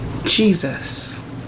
Jesus